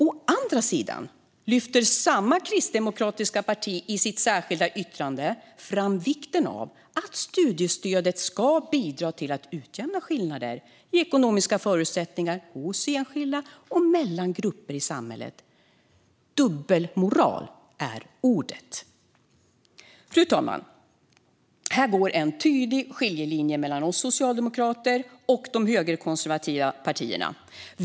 Å andra sidan lyfter samma kristdemokratiska parti i sitt särskilda yttrande fram vikten av att studiestödet ska bidra till att utjämna skillnader i ekonomiska förutsättningar hos enskilda och mellan grupper i samhället. Dubbelmoral är ordet! Fru talman! Här går en tydlig skiljelinje mellan oss socialdemokrater och de högerkonservativa partierna.